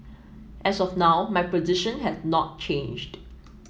as of now my position has not changed